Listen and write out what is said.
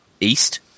east